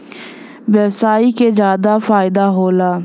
व्यवसायी के जादा फईदा होला